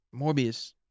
Morbius